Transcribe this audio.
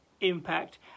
impact